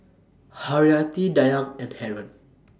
Haryati Dayang and Haron